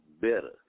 Better